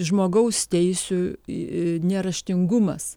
žmogaus teisių neraštingumas